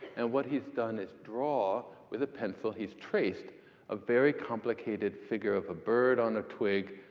and what he's done is draw, with a pencil, he's traced a very complicated figure of a bird on a twig,